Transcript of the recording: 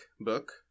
book